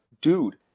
Dude